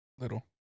Little